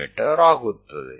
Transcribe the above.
me ಆಗುತ್ತದೆ